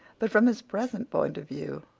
but, from his present point of view,